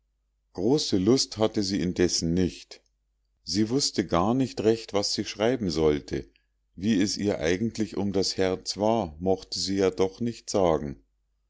große lust hatte sie indessen nicht sie wußte gar nicht recht was sie schreiben sollte wie es ihr eigentlich um das herz war mochte sie ja doch nicht sagen